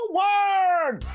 word